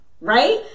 Right